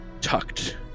tucked